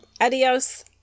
Adios